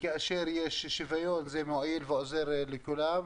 וכאשר יש שוויון זה מועיל ועוזר לכולם,